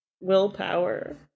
willpower